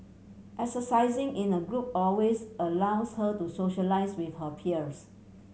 exercising in a group always allows her to socialise with her peers